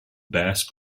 best